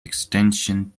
extension